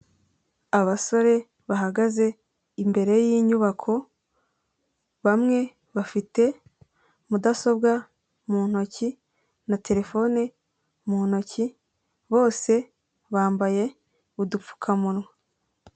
Abasore bahagaze imbere y'inyubako bamwe bafite mudasobwa mu ntoki na terefone mu ntoki bose bambaye udupfukamunwa.